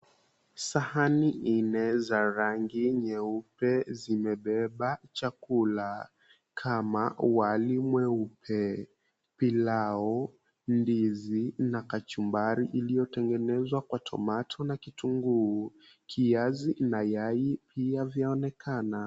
Sahani nne za rangi nyeupe zimebeba chakula kama wali mweupe, pilau ndizi na kachumbari iliyotengenezwa kwa tomato na kitunguu. Kiazi na yai pia vyaonekana.